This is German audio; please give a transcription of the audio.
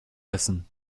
essen